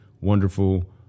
wonderful